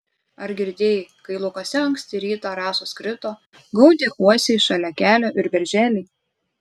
ar girdėjai kai laukuose anksti rytą rasos krito gaudė uosiai šalia kelio ir berželiai